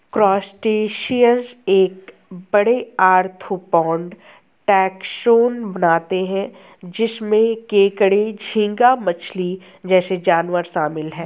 crustaceans एक बड़े, arthropod taxon बनाते हैं जिसमें केकड़े, झींगा मछली जैसे जानवर शामिल हैं